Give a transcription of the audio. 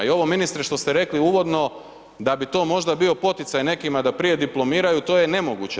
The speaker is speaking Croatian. I ovo ministre što ste rekli uvodno da bi to možda bio poticaj bio nekima da prije diplomiraju to je nemoguće.